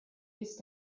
used